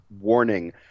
Warning